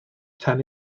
tan